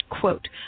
Quote